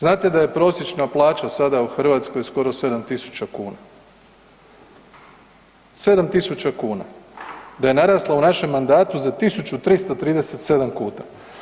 Znate da je prosječna plaća sada u Hrvatskoj skoro 7.000 kuna, 7.000 kn, da je narasla u našem mandatu za 1.337,00 kuna.